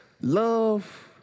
love